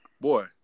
boy